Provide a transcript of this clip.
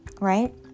right